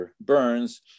burns